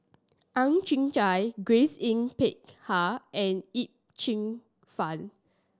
Ang Chwee Chai Grace Yin Peck Ha and Yip Cheong Fun